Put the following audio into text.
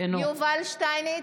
יובל שטייניץ,